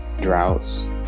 droughts